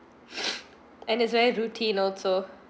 and it's very routine also